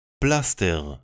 Plaster